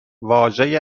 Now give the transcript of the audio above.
واژه